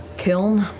kiln?